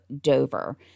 Dover